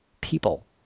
people